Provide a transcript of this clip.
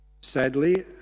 Sadly